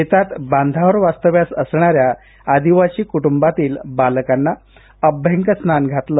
शेतात बांधावर वास्तव्यास असणाऱ्या आदिवासी कुटुंबातील बालकांना अभ्यंगस्नान घातलं